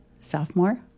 sophomore